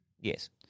Yes